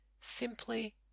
Simply